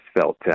felt